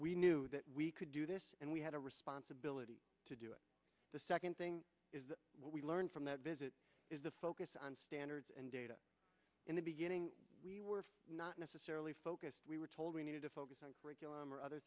we knew that we could do this and we had a responsibility to do it the second thing we learned from that visit is the focus on standards and data in the beginning we were not necessarily focused we were told we needed to focus on curriculum or other